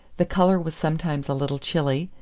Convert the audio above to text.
the color was sometimes a little chilly,